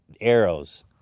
arrows